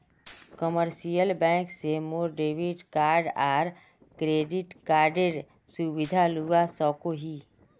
commercial bank से मोर debit card आर क्रेडिट कार्डेर सुविधा लुआ सकोही